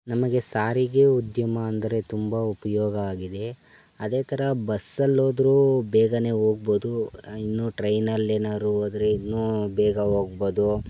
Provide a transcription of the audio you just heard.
ನಮಗೆ ಸಾರಿಗೆ ಉದ್ಯಮ ಅಂದರೆ ತುಂಬ ಉಪಯೋಗ ಆಗಿದೆ ಅದೇ ಥರ ಬಸ್ಸಲ್ಲೋದ್ರೂ ಬೇಗನೆ ಹೋಗ್ಬೋದು ಇನ್ನು ಟ್ರೈನಲ್ಲೇನಾರು ಹೋದ್ರೆ ಇನ್ನು ಬೇಗ ಹೋಗ್ಬೋದು